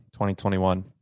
2021